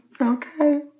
Okay